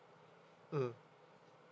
mm